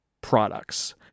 products